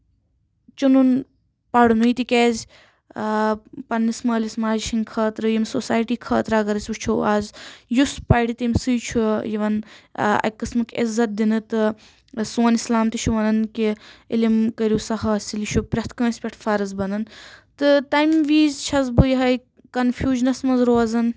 چُنُن پَڑنُے تِکیٚاز پننِس مٲلِس ماجہ ہنٛدۍ خٲطرٕ یمہِ سوسایٹی خٲطرٕ اَگر أسۍ وُچھو از یُس پَرِ تٔمۍ سٕے چُھ یِوان اَکہِ قٕسمُک عزّت دِنہٕ تہٕ سون اِسلام تہِ چُھ وَنان کہِ عِلم کٔرِو سا حٲصِل یہِ چُھ پرٮ۪تھ کٲنٛسہِ پٮ۪ٹھ فرض بَنان تہٕ تَمہِ وِز چھَس بہٕ یِہے کَنفیٚوٗجنَس منٛز روزان